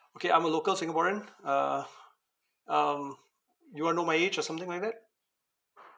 okay I'm a local singaporean uh um you want to know my age or something like that